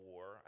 War